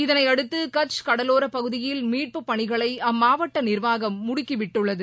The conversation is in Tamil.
இதனையடுத்து கட்ச் கடலோர பகுதியில் மீட்புப் பணிகளை அம்மாவட்ட நிர்வாகம் முடுக்கிவிட்டுள்ளது